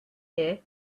year